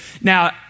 Now